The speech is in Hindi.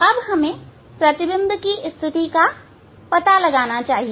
अब हमें प्रतिबिंब की स्थिति का पता लगाना चाहिए